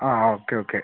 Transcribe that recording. ആ okay okay